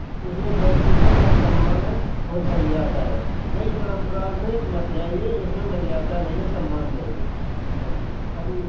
उसमें बहुत सुख है बहुत सम्मान है बहुत मर्यादा है नई परम्पराओं में मत जाइए उसमें मर्यादा नहीं है सम्मान नहीं है खाली